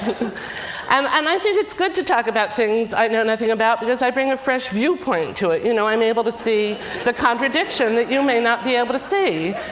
and and i think it's good to talk about things i know nothing about because i bring a fresh viewpoint to it, you know? i'm able to see the contradiction that you may not be able to see.